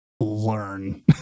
learn